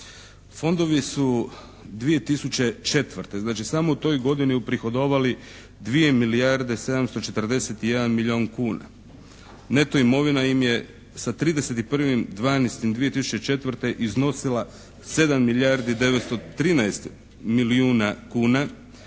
Fondovi su 2004. znači samo u toj godini uprihodovali dvije milijarde 741 milijun kuna. Neto imovina im je sa 31.12.2004. iznosila 7 milijardi 913 milijuna kuna,